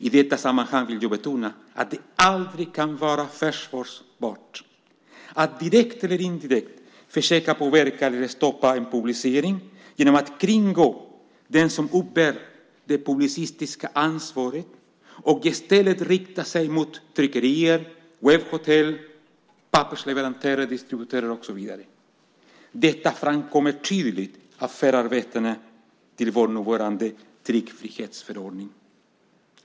I detta sammanhang vill jag betona att det aldrig kan vara försvarbart att direkt eller indirekt försöka påverka eller stoppa en publicering genom att kringgå den som uppbär det publicistiska ansvaret och i stället rikta sig mot tryckerier, webbhotell, pappersleverantörer, distributörer, och så vidare. Detta framkommer tydligt av förarbetena till vår nuvarande tryckfrihetsförordning.